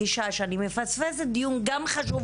מפספסת דיונים חשובים